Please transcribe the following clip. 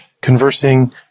conversing